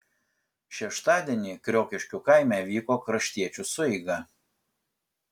šeštadienį kriokiškių kaime vyko kraštiečių sueiga